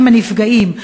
שהם הנפגעים,